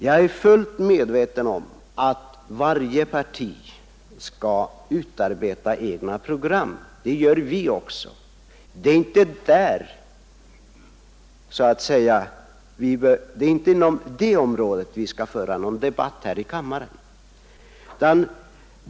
Jag är fullt medveten om att varje parti skall utarbeta egna program. Det gör även vi. Det är inte på det området vi skall föra någon debatt här i kammaren.